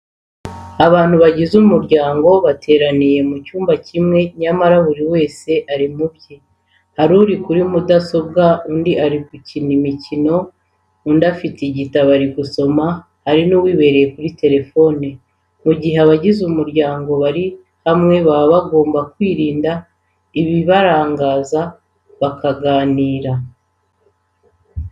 Abantu bagize umuryango bateraniye mu cyumba kimwe nyamara buri wese ari mu bye, hari uri kuri mudasobwa, undi arakina imikino, undi afite igitabo ari gusoma, hari n'uwibereye kuri telefoni. Mu gihe abagize umuryango bari hamwe baba bagomba kwirinda ibibarangaza bakaganira.